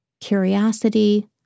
curiosity